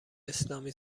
اسلامی